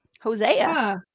hosea